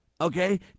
okay